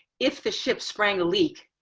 if the ship sprang a leak,